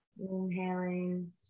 inhaling